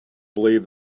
believe